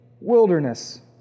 wilderness